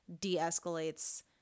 de-escalates